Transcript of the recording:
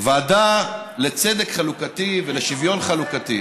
הוועדה לצדק חלוקתי ולשוויון חלוקתי,